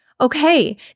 okay